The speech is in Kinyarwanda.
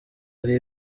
ari